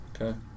Okay